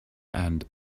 and